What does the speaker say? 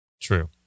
True